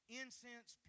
incense